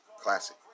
classic